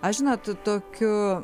aš žinot tokiu